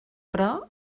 però